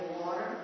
water